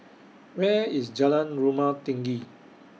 Where IS Jalan Rumah Tinggi